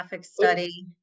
study